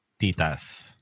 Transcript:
Titas